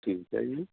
ਠੀਕ ਹੈ ਜੀ